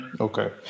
Okay